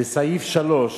בסעיף 3,